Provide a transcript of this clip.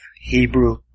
Hebrew